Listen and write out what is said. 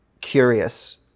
curious